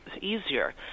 easier